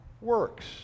works